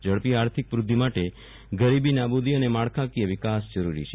ઝડપી વૃધ્યિ માટે ગરીબી નાબુદી અને માળખાંકીય વિકાસ જરૂરી છે